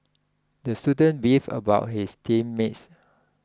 the student beefed about his team mates